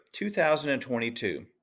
2022